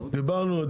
זה חשוב.